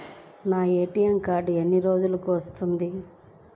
నా ATM card ఎన్ని రోజులకు వస్తుంది?